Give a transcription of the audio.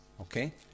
Okay